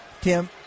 Tim